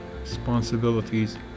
responsibilities